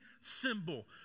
symbol